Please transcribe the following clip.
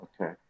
Okay